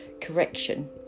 correction